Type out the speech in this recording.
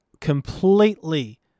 completely